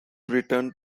returned